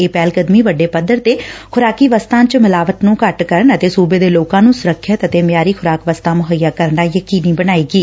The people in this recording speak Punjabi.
ਇਹ ਪਹਿਲਕਦਮੀ ਵੱਡੇ ਪੱਧਰ ਤੇ ਂਖੁਰਾਕੀ ਵਸਤਾਂ ਵਿਚ ਮਿਲਾਵਟ ਨੂੰ ਘੱਟ ਕਰਨ ਅੱਤੇ ਸੂਬੇ ਦੇ ਲੋਕਾ ਨੂੰ ਸੁਰੱਖਿਅਤ ਅਤੇ ਮਿਆਰੀ ਖੁਰਾਕ ਵਸਤਾਂ ਮੁਹੱਈਆ ਕਰਨਾ ਯਕੀਨੀ ਬਣਾਏਗੀ